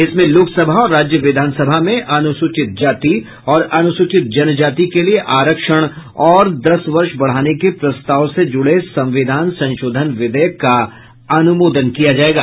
इसमें लोकसभा और राज्य विधानसभा में अनुसूचित जाति और अनुसूचित जनजाति के लिए आरक्षण और दस वर्ष बढ़ाने के प्रस्ताव से जुड़े संविधान संशोधन विधेयक का अनुमोदन किया जाएगा